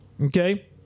Okay